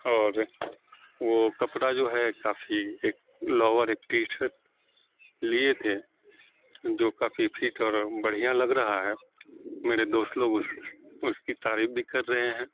اور وہ کپڑا جو ہے کافی ایک لوور ایک ٹی شرٹ لیے تھے جو کافی فٹ اور بڑھیا لگ رہا ہے میرے دوست لوگ اس اس کی تعریف بھی کر رہے ہیں